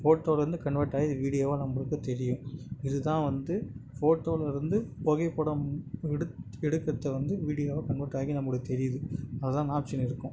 photo வந்து convert ஆகி இது வீடியோவாக நம்மளுக்கு தெரியும் இது தான் வந்து ஃபோட்டோவில் இருந்து புகைப்படம் எடுத் எடுக்கிறத்த வந்து வீடியோவாக கன்வெர்ட் ஆக்கி நம்மளுக்கு தெரியுது அது தான் அந்த ஆப்ஷன் இருக்கும்